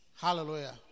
hallelujah